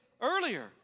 earlier